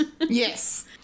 yes